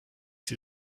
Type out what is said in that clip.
sie